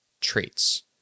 traits